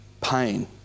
pain